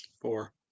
Four